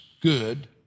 good